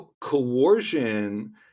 coercion